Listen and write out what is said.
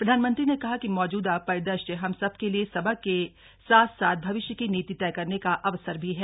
प्रधानमंत्री ने कहा कि मौजूदा परिद्रश्य हम सब के लिए सबक के साथ साथ भविष्य की नीति तय करने का अवसर भी है